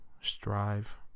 strive